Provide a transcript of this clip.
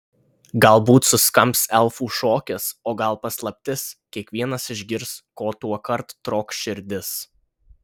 galbūt suskambs elfų šokis o gal paslaptis kiekvienas išgirs ko tuokart trokš širdis